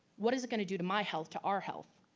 what is it going to do to my health, to our health?